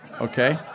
okay